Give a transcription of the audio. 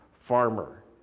farmer